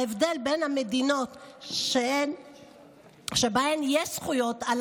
ההבדל בין המדינות שבהן יש זכויות על